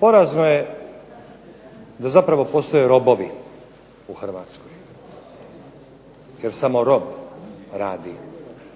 Porazno je da zapravo postoje robovi u Hrvatskoj jer samo rob radi